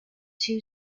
two